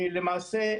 למעשה,